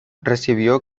recibió